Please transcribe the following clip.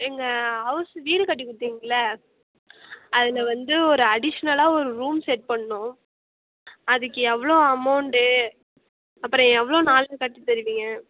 எங்கள் ஹவுஸ் வீடு கட்டி கொடுத்திங்கள்ல அதில் வந்து ஒரு அடிஷ்னலாக ஒரு ரூம் செட் பண்ணணும் அதுக்கு எவ்வளோ அமௌண்டு அப்புறம் எவ்வளோ நாளில் கட்டித் தருவீங்க